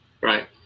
Right